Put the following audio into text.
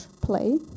play